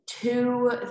two